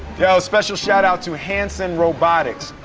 yeah special shout out to hanson robotics.